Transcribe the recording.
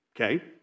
Okay